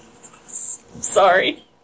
Sorry